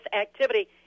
activity